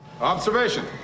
Observation